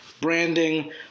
branding